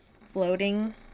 floating